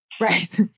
right